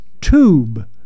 tube